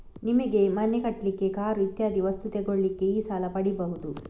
ನಿಮಿಗೆ ಮನೆ ಕಟ್ಲಿಕ್ಕೆ, ಕಾರು ಇತ್ಯಾದಿ ವಸ್ತು ತೆಗೊಳ್ಳಿಕ್ಕೆ ಈ ಸಾಲ ಪಡೀಬಹುದು